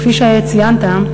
כפי שציינת,